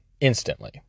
instantly